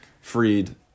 freed